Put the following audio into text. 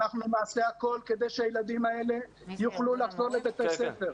אנחנו נעשה הכול כדי שהילדים האלה יוכלו לחזור לבתי הספר,